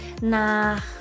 nach